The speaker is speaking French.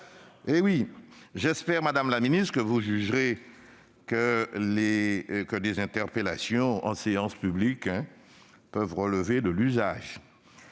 ». J'espère, madame la ministre, que vous jugerez que des interpellations en séance publique peuvent relever de « l'usage